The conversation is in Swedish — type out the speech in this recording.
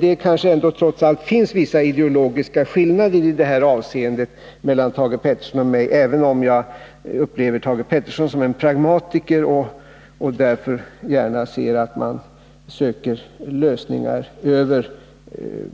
Det kanske trots allt i detta avseende finns vissa ideologiska skillnader mellan Thage Peterson och mig, även om jag upplever Thage Peterson som en pragmatiker och därför gärna ser att man söker lösningar över